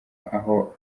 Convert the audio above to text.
aho